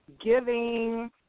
giving